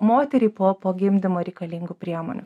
moteriai po po gimdymo reikalingų priemonių